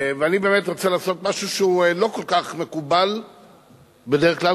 ואני באמת רוצה לעשות משהו שהוא לא כל כך מקובל בדרך כלל,